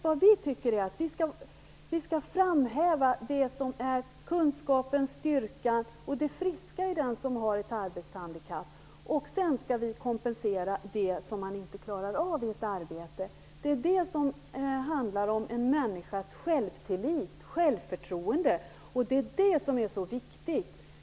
Vi tycker att vi skall framhäva kunskapen, styrkan och det friska i den som har ett arbetshandikapp. Sedan skall vi kompensera det som man inte klarar av i ett arbete. Det handlar om en människas självtillit och självförtroende. Det är mycket viktigt.